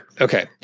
Okay